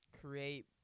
create